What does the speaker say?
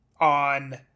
on